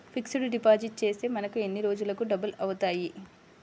Fixed deposit చేస్తే మనకు ఎన్ని రోజులకు డబల్ అవుతాయి?